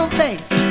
face